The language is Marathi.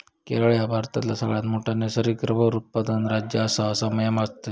केरळ ह्या भारतातला सगळ्यात मोठा नैसर्गिक रबर उत्पादक राज्य आसा, असा म्या वाचलंय